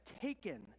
taken